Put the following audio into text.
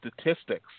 statistics